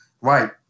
right